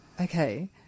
okay